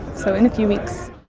so in a few weeks.